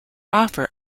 offer